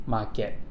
Market